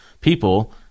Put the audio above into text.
people